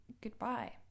goodbye